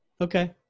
Okay